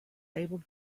able